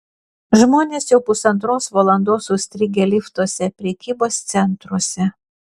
žmonės jau pusantros valandos užstrigę liftuose prekybos centruose